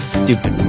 stupid